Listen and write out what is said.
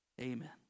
amen